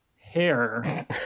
hair